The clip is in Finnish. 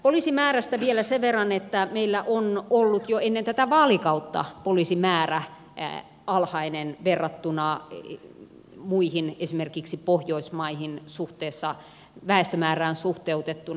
poliisimäärästä vielä sen verran että meillä on ollut jo ennen tätä vaalikautta alhainen poliisimäärä verrattuna muihin esimerkiksi pohjoismaihin väestömäärään suhteutettuna